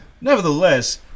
Nevertheless